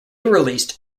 released